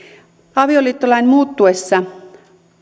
avioliittolain muuttuessa